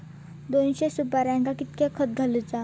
दोनशे सुपार्यांका कितक्या खत घालूचा?